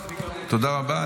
תודה רבה.